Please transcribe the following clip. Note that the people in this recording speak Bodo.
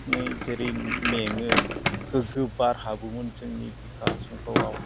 जेरै मेङो गोग्गो बार हाबोमोन जोंनि बिखा संफ्ल'आव